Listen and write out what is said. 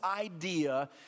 idea